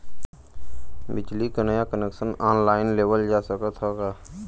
बिजली क नया कनेक्शन ऑनलाइन लेवल जा सकत ह का?